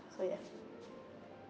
so ya